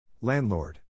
Landlord